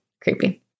Creepy